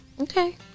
Okay